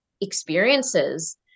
experiences